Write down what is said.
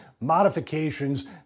modifications